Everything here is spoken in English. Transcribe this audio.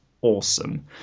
awesome